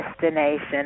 destination